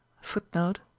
footnote